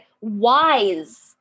wise